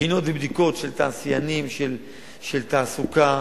בחינות ובדיקות של תעשיינים, של תעסוקה,